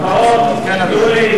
כן, אדוני.